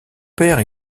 père